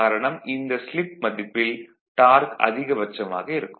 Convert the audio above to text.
காரணம் இந்த ஸ்லிப் மதிப்பில் டார்க் அதிகபட்சமாக இருக்கும்